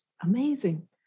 Amazing